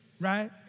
right